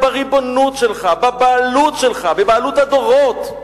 בריבונות שלך, בבעלות שלך, בבעלות הדורות.